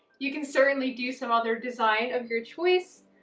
you can certainly do some other design of your choice.